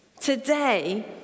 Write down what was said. Today